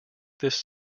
this